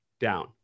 down